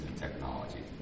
technology